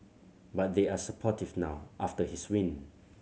but they are supportive now after his win